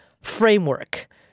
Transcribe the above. Framework